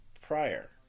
prior